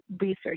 research